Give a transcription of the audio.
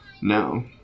No